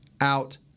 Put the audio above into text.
out